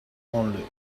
only